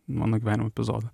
mano gyvenimo epizodą